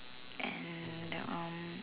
and that um